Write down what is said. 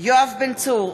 יואב בן צור,